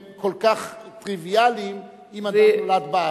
שהם כל כך טריוויאליים אם את לא נולדת בארץ.